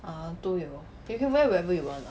uh 都有 you can wear whatever want you ah